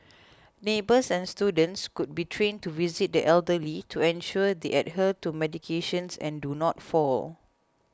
neighbours and students could be trained to visit the elderly to ensure they adhere to medication and do not fall